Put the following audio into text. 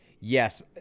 Yes